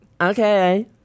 Okay